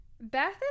Beth